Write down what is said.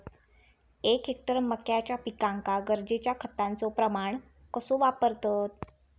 एक हेक्टर मक्याच्या पिकांका गरजेच्या खतांचो प्रमाण कसो वापरतत?